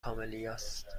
کاملیاست